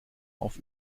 auf